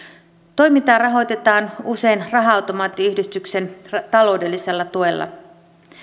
toimintaa rahoitetaan usein raha automaattiyhdistyksen taloudellisella tuella